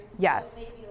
Yes